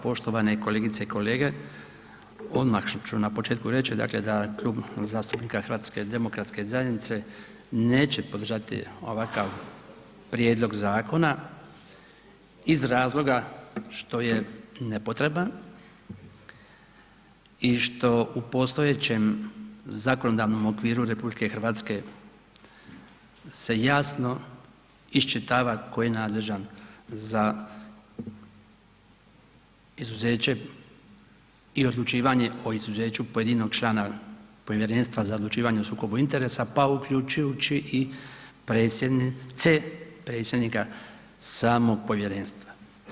Poštovane kolegice i kolege odmah ću na početku reći dakle da Klub zastupnika HDZ-a neće podržati ovakav prijedlog zakona iz razloga što je nepotreban i što u postojećem zakonodavnom okviru RH se jasno iščitava tko je nadležan za izuzeće i odlučivanje o izuzeću pojedinog člana Povjerenstva za odlučivanje o sukobu interesa pa uključujući i predsjednice, predsjednika samog povjerenstva.